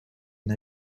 une